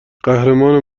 قهرمان